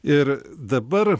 ir dabar